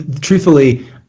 Truthfully